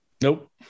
Nope